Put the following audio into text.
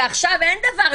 ועכשיו אין דבר,